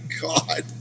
god